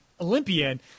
Olympian